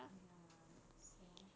ya so